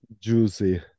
Juicy